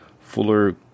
Fuller –